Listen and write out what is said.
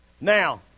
Now